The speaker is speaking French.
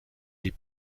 les